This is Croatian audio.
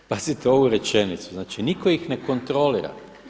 Pazite ovu rečenicu, znači nitko ih ne kontrolira.